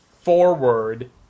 forward